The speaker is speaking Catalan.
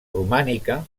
romànica